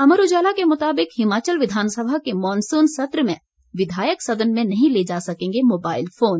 अमर उजाला के मुताबिक हिमाचल विघानसभा के मॉनसून सत्र में विघायक सदन में नहीं ले जा सकेगे मोबाइल फोन